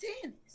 tennis